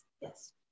Yes